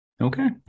okay